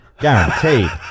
guaranteed